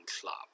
club